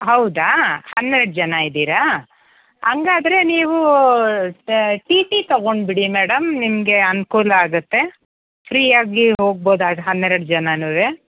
ಹೌದಾ ಹನ್ನೆರಡು ಜನ ಇದ್ದೀರಾ ಹಾಗಾದರೆ ನೀವು ಟಿ ಟಿ ತಗೊಂಡುಬಿಡಿ ಮೇಡಮ್ ನಿಮಗೆ ಅನುಕೂಲ ಆಗತ್ತೆ ಫ್ರೀಯಾಗಿ ಹೋಗ್ಬೋದು ಅದು ಹನ್ನೆರಡು ಜನಾನುವೇ